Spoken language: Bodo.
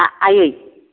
दा आइयै